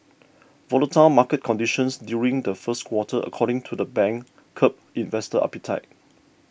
volatile market conditions during the first quarter according to the bank curbed investor appetite